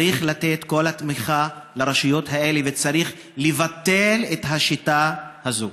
צריך לתת את כל התמיכה לרשויות האלה וצריך לבטל את השיטה הזאת.